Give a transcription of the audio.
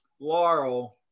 Laurel